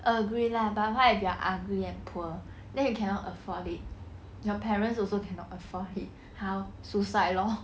agree lah but what if you're ugly and poor then you cannot afford it your parents also cannot afford it how suicide lor